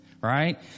right